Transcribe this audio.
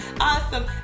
Awesome